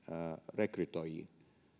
rekrytoijille